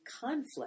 conflict